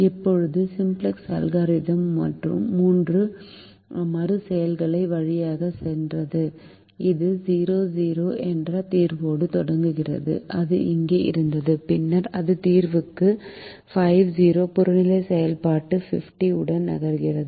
இப்போது simplex algorithm மூன்று மறு செய்கைகள் வழியாகச் சென்றது இது 0 0 என்ற தீர்வோடு தொடங்கியது அது இங்கே இருந்தது பின்னர் அது தீர்வுக்கு 50 புறநிலை செயல்பாடு 50 உடன் நகர்கிறது